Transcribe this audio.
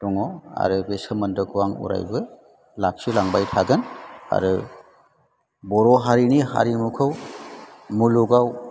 दङ आरो बे सोमोन्दोखौ आं अरायबो लाखिलांबाय थागोन आरो बर' हारिनि हारिमुखौ मुलुगाव